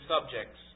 subjects